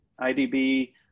IDB